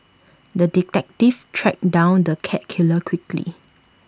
the detective tracked down the cat killer quickly